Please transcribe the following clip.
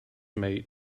mate